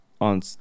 on